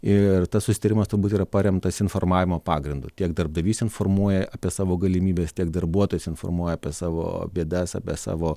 ir tas susitarimas turbūt yra paremtas informavimo pagrindu tiek darbdavys informuoja apie savo galimybes tiek darbuotojas informuoja apie savo bėdas apie savo